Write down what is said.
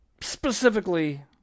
specifically